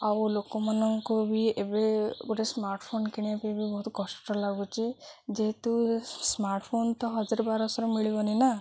ଆଉ ଲୋକମାନଙ୍କୁ ବି ଏବେ ଗୋଟେ ସ୍ମାର୍ଟଫୋନ୍ କିଣିବା ପାଇଁ ବି ବହୁତ କଷ୍ଟ ଲାଗୁଛି ଯେହେତୁ ସ୍ମାର୍ଟଫୋନ୍ ତ ହଜାର ବାରଶହରେ ମିଳିବନି ନା